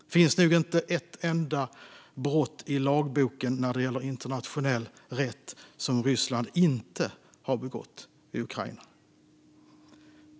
Det finns nog inte ett enda brott i lagboken när det gäller internationell rätt som Ryssland inte har begått i Ukraina.